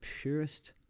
purest